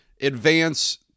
advance